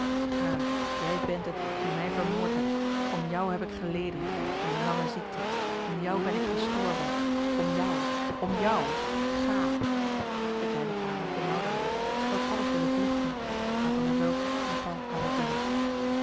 ga jij bent het die mij vermoordt hebt om jou heb ik geleden mijn lange ziekte om jou ben ik gestorven om jou om jou ga de kleine kamer benauwde haar zij had alles willen vluchten maar van der welcke en paul kwamen binnen